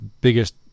biggest